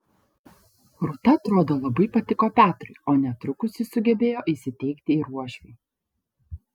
rūta atrodo labai patiko petrui o netrukus ji sugebėjo įsiteikti ir uošviui